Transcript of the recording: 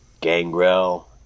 Gangrel